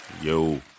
Yo